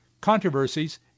controversies